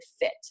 fit